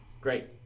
Great